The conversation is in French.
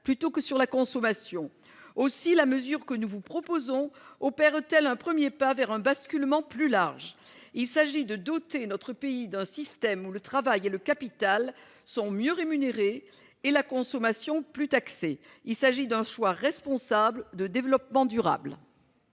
plutôt que sur la consommation. La mesure que nous vous proposons marquera un premier pas vers un basculement plus large en direction d'un système où le travail et le capital seront mieux rémunérés, et la consommation plus taxée : un choix responsable de développement durable